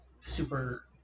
super